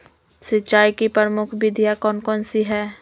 सिंचाई की प्रमुख विधियां कौन कौन सी है?